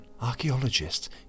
archaeologists